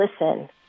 listen